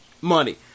money